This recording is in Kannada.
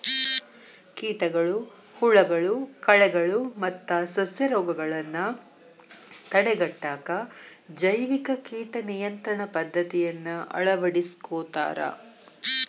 ಕೇಟಗಳು, ಹುಳಗಳು, ಕಳೆಗಳು ಮತ್ತ ಸಸ್ಯರೋಗಗಳನ್ನ ತಡೆಗಟ್ಟಾಕ ಜೈವಿಕ ಕೇಟ ನಿಯಂತ್ರಣ ಪದ್ದತಿಯನ್ನ ಅಳವಡಿಸ್ಕೊತಾರ